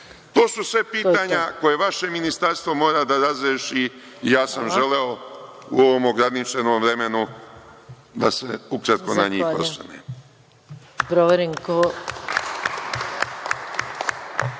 To su sve pitanja koje vaše Ministarstvo mora da razreši i ja sam želeo u ovom ograničenom vremenu da se ukratko na njih osvrnem.